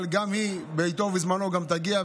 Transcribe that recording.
אבל גם היא בעיתה ובזמנה תגיע,